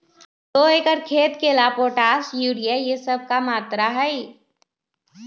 दो एकर खेत के ला पोटाश, यूरिया ये सब का मात्रा होई?